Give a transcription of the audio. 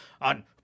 on